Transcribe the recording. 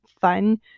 fun